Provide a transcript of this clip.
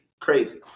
Crazy